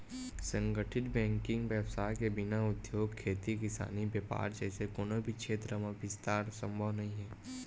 संगठित बेंकिग बेवसाय के बिना उद्योग, खेती किसानी, बेपार जइसे कोनो भी छेत्र म बिस्तार संभव नइ हे